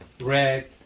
red